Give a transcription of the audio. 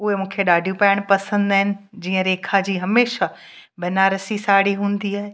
उहे मूंखे ॾाढियूं पाइणु पसंदि आहिनि जीअं रेखा जी हमेशह बनारसी साड़ी हूंदी आहे